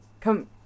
Come